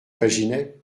paginet